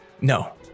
No